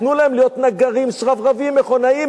תנו להם להיות נגרים, שרברבים, מכונאים.